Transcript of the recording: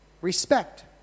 respect